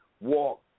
walk